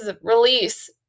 release